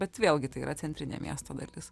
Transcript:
bet vėlgi tai yra centrinė miesto dalis